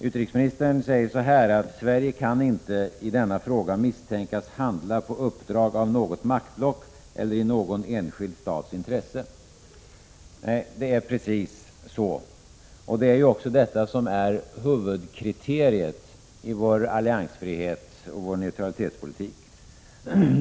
Utrikesministern säger: ”Sverige kan inte i denna fråga misstänkas handla på uppdrag av något maktblock eller i någon enskild stats intresse.” Nej, det är precis så. Det är ju också detta som är huvudkriteriet i vår alliansfrihet och vår neutralitetspolitik.